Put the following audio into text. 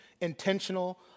intentional